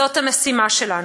זאת המשימה שלנו,